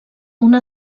una